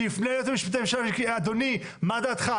שיפנה ליועץ המשפטי לממשלה, אדוני, מה דעתך?